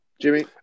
Jimmy